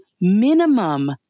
minimum